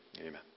amen